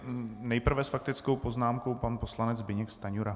Nejprve s faktickou poznámkou pan poslanec Zbyněk Stanjura.